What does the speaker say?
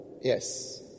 Yes